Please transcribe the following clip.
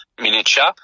miniature